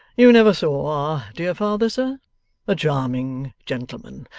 you never saw our dear father, sir a charming gentleman.